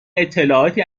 اطلاعاتی